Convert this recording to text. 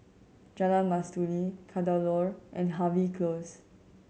Jalan Mastuli Kadaloor and Harvey Close